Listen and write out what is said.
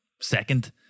second